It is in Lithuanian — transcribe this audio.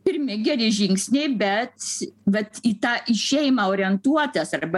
pirmi geri žingsniai bet vat į tą į šeimą orientuotas arba